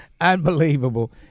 Unbelievable